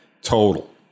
total